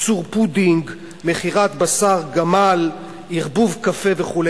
ייצור פודינג, מכירת בשר גמל, ערבוב קפה וכו'.